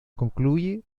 concluye